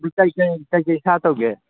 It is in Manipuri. ꯑꯗꯨ ꯀꯔꯤ ꯀꯔꯤ ꯀꯔꯤ ꯀꯔꯤ ꯁꯥ ꯇꯧꯒꯦ